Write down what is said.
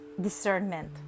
discernment